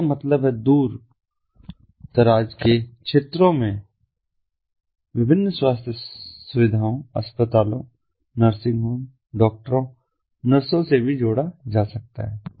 इसका मतलब है बहुत दूरदराज के क्षेत्रों को विभिन्न स्वास्थ्य सुविधाओं अस्पतालों नर्सिंग होम डॉक्टरों नर्सों से भी जोड़ा जा सकता है